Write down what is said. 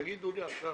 תגידו לי עכשיו.